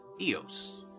Eos